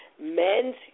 men's